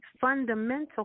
fundamental